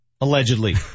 allegedly